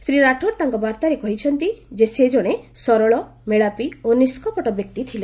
ଶ୍ରୀ ରାଠୋଡ ତାଙ୍କ ବାର୍ତ୍ତାରେ କହିଛନ୍ତି ସେ ଜଣେ ସରଳ ମେଳାପି ଓ ନିଷ୍କପଟ ବ୍ୟକ୍ତି ଥିଲେ